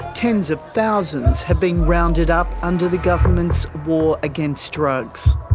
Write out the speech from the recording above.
tens of thousands have been rounded up under the government's war against drugs.